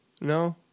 No